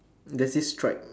there's this stripe